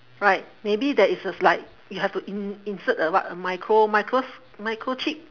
right maybe there is a like you have to in~ insert a what a micro~ micros microchip